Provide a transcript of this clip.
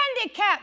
handicap